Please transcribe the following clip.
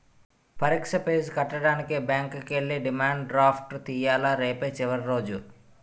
పరీక్ష ఫీజు కట్టడానికి బ్యాంకుకి ఎల్లి డిమాండ్ డ్రాఫ్ట్ తియ్యాల రేపే చివరి రోజు